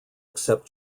accept